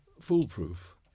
foolproof